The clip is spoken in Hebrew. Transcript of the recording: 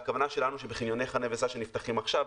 הכוונה שלנו שבחניוני חנה וסע שנפתחים עכשיו,